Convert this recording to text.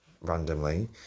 randomly